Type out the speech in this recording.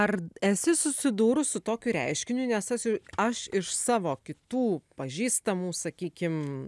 ar esi susidūrus su tokiu reiškiniu nes esu aš iš savo kitų pažįstamų sakykim